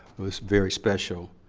was very special.